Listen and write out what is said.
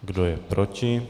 Kdo je proti?